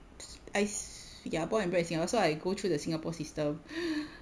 I s~ ya I born and brought in singa~ so I go through the singapore system